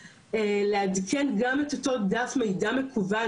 מקוון שהוא נכנס אליו ורואה את ההפקדות שלו ממש,